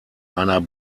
einer